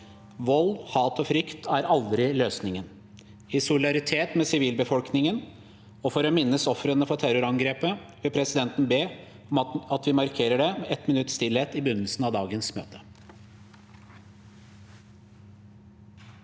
Vold, hat og frykt er aldri løsningen. I solidaritet med sivilbefolkningen og for å minnes ofrene for terrorangrepet vil presidenten be om at vi markerer det med ett minutts stillhet i begynnelsen av dagens møte.